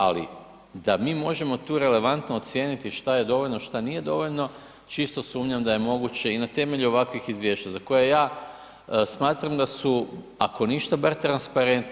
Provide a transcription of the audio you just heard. Ali da mi možemo tu relevantno ocijeniti šta je dovoljno, šta nije dovoljno, čisto sumnjam da je moguće i na temelju ovakvih izvješća za koje ja smatram da su ako ništa bar transparentni.